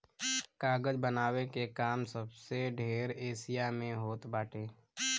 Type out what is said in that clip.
कागज बनावे के काम सबसे ढेर एशिया में होत बाटे